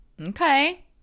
Okay